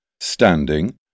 standing